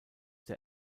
der